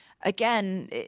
again